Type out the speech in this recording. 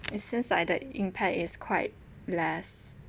it seems like the impact is quite less